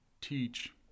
teach